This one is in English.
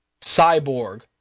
cyborg